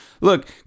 Look